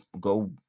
go